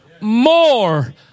more